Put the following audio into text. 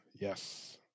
Yes